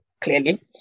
clearly